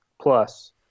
plus